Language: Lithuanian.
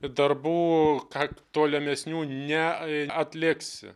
darbų tolimesnių neatliksi